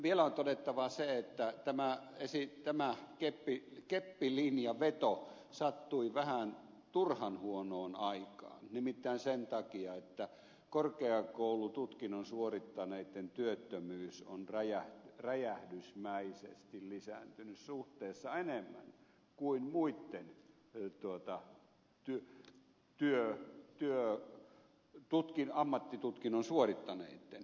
vielä on todettava se että tämä keppilinjanveto sattui vähän turhan huonoon aikaan nimittäin sen takia että korkeakoulututkinnon suorittaneitten työttömyys on räjähdysmäisesti lisääntynyt suhteessa enemmän kuin muitten ammattitutkinnon suorittaneitten